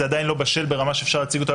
זה עדיין לא בשל ברמה שאפשר להציג אותה,